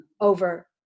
over